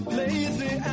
lazy